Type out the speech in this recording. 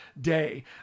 day